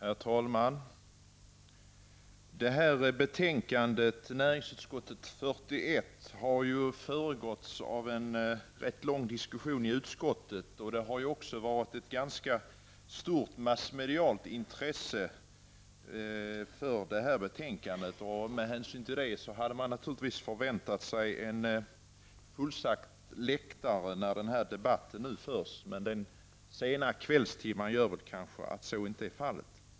Herr talman! Näringsutskottets betänkande nr 41 har föregåtts av en rätt lång diskussion i utskottet. Betänkandet har också rönt ett ganska stort massmedialt intresse. Med hänsyn till det hade man naturligtvis förväntat sig en fullsatt läktare när debatten förs, men den sena kvällstimmen gör kanske att så inte är fallet.